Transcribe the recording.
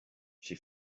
she